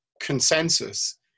consensus